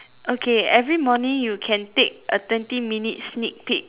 okay every morning you can take a twenty minute sneak peek